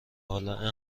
حالا